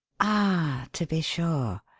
ah, to be sure.